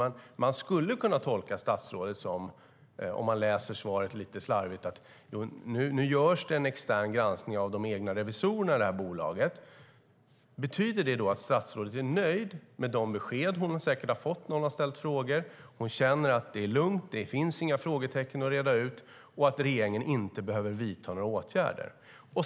Om man läser svaret lite slarvigt skulle man kunna tolka statsrådet som att det nu görs en extern granskning av de egna revisorerna i bolaget och att det betyder att hon är nöjd med de besked hon säkert har fått när hon har ställt frågor, att hon känner att det är lugnt, att det inte finns några frågetecken att reda ut och att regeringen inte behöver vidta några åtgärder.